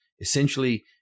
essentially